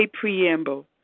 preamble